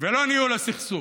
ולא ניהול הסכסוך.